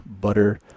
butter